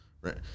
right